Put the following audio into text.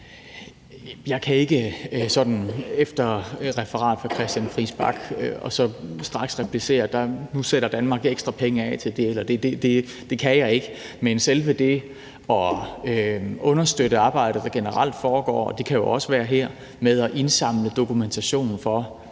Jeg kan ikke sådan efter det, hr. Christian Friis Bach refererer, straks replicere, at nu sætter Danmark ekstra penge af til det. Det kan jeg ikke, men selve det at understøtte et arbejde, der generelt foregår – og det kan jo også være her – med at indsamle dokumentation for